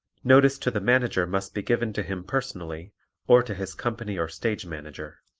notice to the manager must be given to him personally or to his company or stage manager.